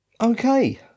okay